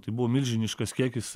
tai buvo milžiniškas kiekis